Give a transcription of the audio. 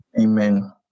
Amen